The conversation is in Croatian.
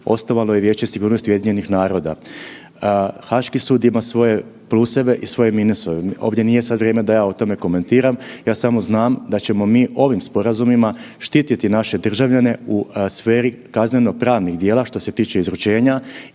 osnovalo je Vijeće sigurnosti UN-a. Haški sud ima svoje pluseve i svoje minuseve, ovdje nije sad vrijeme da ja o tome komentiram, ja samo znam da ćemo mi ovim sporazumima štiti naše državljane u sferi kazneno pravnih dijela što se tiče izručenja,